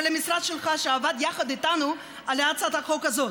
של המשרד שלך, שעבד יחד איתנו על הצעת החוק הזאת.